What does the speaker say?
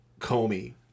Comey